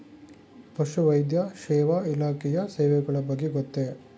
ಪಶುವೈದ್ಯ ಸೇವಾ ಇಲಾಖೆಯ ಸೇವೆಗಳ ಬಗ್ಗೆ ಗೊತ್ತೇ?